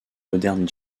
moderne